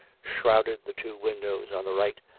shrouded the two windows on the right,